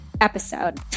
episode